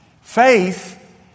Faith